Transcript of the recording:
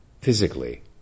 physically